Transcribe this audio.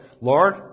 Lord